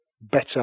better